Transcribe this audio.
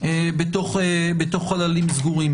בחללים סגורים.